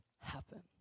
happen